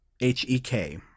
H-E-K